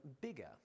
bigger